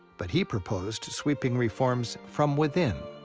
but he proposed sweeping reforms from within.